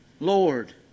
Lord